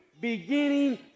beginning